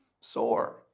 sore